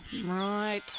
right